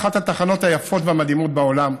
אחת התחנות היפות והמדהימות בעולם.